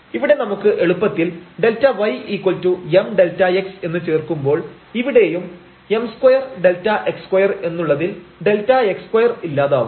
ഇവിടെ നമുക്ക് എളുപ്പത്തിൽ ΔymΔx എന്ന് ചേർക്കുമ്പോൾ ഇവിടെയും m2 Δx2 എന്നുള്ളതിൽ Δx2 ഇല്ലാതാവും